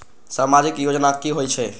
समाजिक योजना की होई छई?